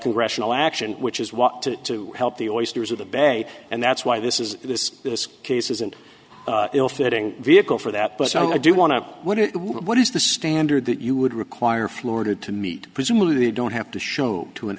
congressional action which is what to to help the oysters of the bay and that's why this is this case isn't ill fitting vehicle for that but i do want to win it what is the standard that you would require florida to meet presumably they don't have to show to an